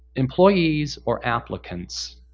employees or applicants,